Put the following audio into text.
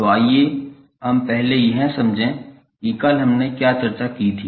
तो आइए हम पहले यह समझें कि कल हमने क्या चर्चा की थी